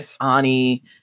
ani